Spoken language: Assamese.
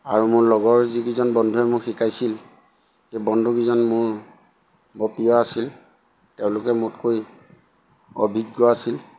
আৰু মোৰ লগৰ যিকেইজন বন্ধুৱে মোক শিকাইছিল সেই বন্ধুকেইজন মোৰ বৰ প্ৰিয় আছিল তেওঁলোকে মোতকৈ অভিজ্ঞ আছিল